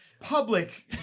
Public